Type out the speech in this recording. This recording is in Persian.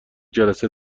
جلسه